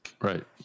Right